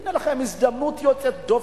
הנה לכם הזדמנות יוצאת דופן,